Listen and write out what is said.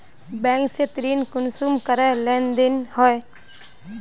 Bank से ऋण कुंसम करे लेन देन होए?